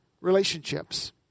relationships